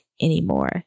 anymore